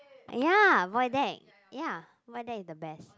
ya void deck ya void deck is the best